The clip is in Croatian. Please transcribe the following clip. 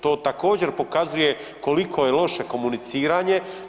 To također pokazuje koliko je loše komuniciranje.